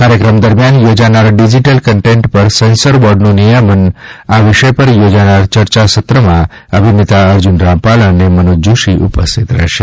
કાર્યક્રમ દરમિયાન યોજાનારા ડિજીટલ કન્ટેન્ટ પર સેન્સર બોર્ડનું નિયમન આ વિષય પર યોજાનાર ચર્ચા સત્રમાં અભિનેતા અર્જુન રામપાલ અને મનોજ જોષી ઉપસ્થિત રહેશે